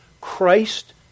Christ